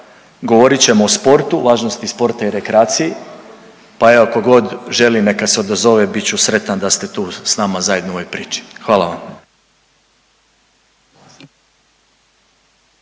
Govorit ćemo o sportu, važnosti sporta i rekreaciji. Pa evo tko god želi neka se odazove, bit ću sretan da ste tu s nama zajedno u ovoj priči. Hvala vam.